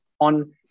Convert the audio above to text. on